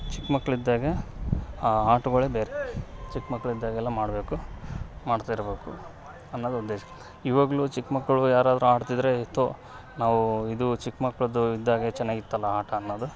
ಚಿಕ್ಕ ಮಕ್ಳು ಇದ್ದಾಗ ಆ ಆಟಗಳೆ ಬೇರೆ ಚಿಕ್ಕ ಮಕ್ಳು ಇದ್ದಾಗೆಲ್ಲ ಮಾಡಬೇಕು ಮಾಡ್ತಿರಬೇಕು ಅನ್ನೋದು ಉದ್ದೇಶ ಇವಾಗ್ಲೂ ಚಿಕ್ಕ ಮಕ್ಕಳು ಯಾರಾದರು ಆಡ್ತಿದ್ರೆ ಎ ತೋ ನಾವು ಇದು ಚಿಕ್ಕ ಮಕ್ಕಳದು ಇದ್ದಾಗೆ ಚೆನ್ನಾಗಿತ್ತಲ ಆಟ ಅನ್ನೋದು